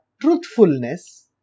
truthfulness